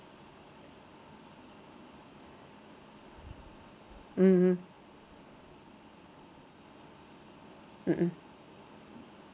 mmhmm mmhmm